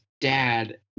dad